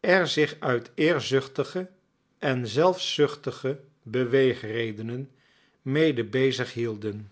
er zich uit eerzuchtige en zelfzuchtige beweegredenen mede bezig hielden